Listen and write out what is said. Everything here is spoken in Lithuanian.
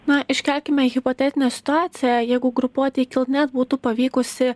na iškelkime hipotetinę situaciją jeigu grupuotei kilnet būtų pavykusi